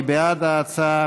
מי בעד ההצעה?